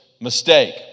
mistake